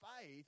faith